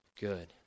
good